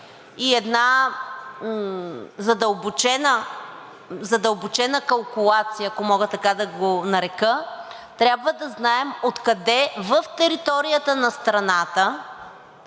и една задълбочена калкулация, ако мога така да го нарека, трябва да знаем откъде в територията на страната